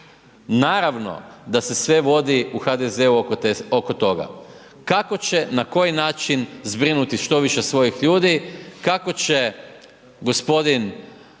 naravno da se sve vodi u HDZ-u oko toga. Kako će na koji način, zbrinuti što više svojih ljudi. Kako će gospodin,